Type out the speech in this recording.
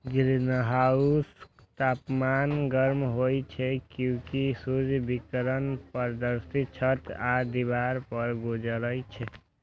ग्रीनहाउसक तापमान गर्म होइ छै, कियैकि सूर्य विकिरण पारदर्शी छत आ दीवार सं गुजरै छै